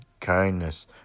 kindness